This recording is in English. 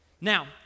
Now